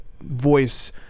voice